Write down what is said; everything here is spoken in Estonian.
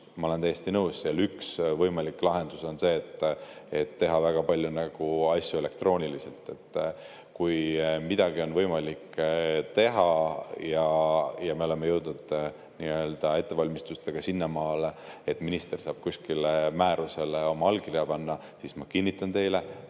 ma olen täiesti nõus – võimalik lahendus see, et teha väga palju asju elektrooniliselt. Kui midagi on võimalik teha ja me oleme jõudnud ettevalmistustega sinnamaale, et minister saab kuskile määrusele oma allkirja panna, siis ma kinnitan teile,